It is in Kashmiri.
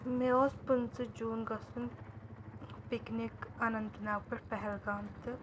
مےٚ اوس پٕنٛژٕ جوٗن گژھُن پِکنِک اننت ناگ پٮ۪ٹھ پہلگام تہٕ